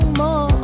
more